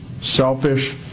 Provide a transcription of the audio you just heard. selfish